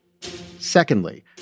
Secondly